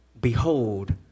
Behold